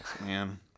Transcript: Man